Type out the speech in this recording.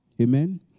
Amen